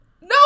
no